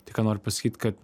tai ką nori pasakyt kad